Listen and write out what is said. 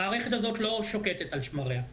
המערכת הזאת לא שוקטת על שמריה.